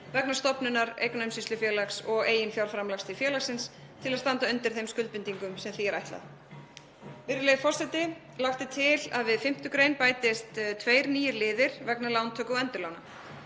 vegna stofnunar eignaumsýslufélags og eiginfjárframlags til félagsins til að standa undir þeim skuldbindingum sem því er ætlað. Virðulegi forseti. Lagt er til að við 5. gr. bætist tveir nýir liðir vegna lántöku og endurlána.